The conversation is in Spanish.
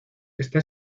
está